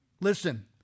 Listen